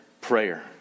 prayer